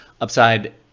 Upside